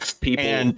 people